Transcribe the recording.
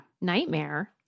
nightmare